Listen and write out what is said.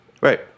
Right